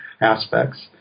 aspects